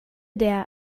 der